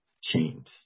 change